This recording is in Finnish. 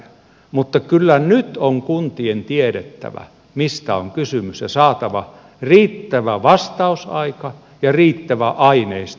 mutta kyllä nyt on kuntien tiedettävä mistä on kysymys ja saatava riittävä vastausaika ja riittävä aineisto